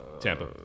Tampa